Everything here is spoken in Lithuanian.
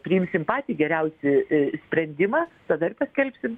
priimsim patį geriausį i sprendimą tada ir paskelbsim